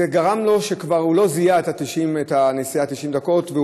זה גרם לכך שכבר לא זיהו את הנסיעה בתוך 90 דקות,